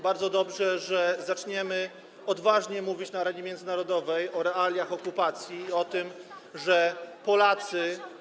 Bardzo dobrze, że zaczniemy odważnie mówić na arenie międzynarodowej o realiach okupacji i o tym, że Polacy.